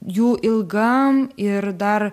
jų ilgam ir dar